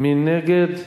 מי נגד?